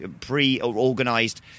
pre-organized